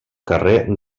carrer